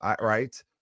right